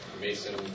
Mason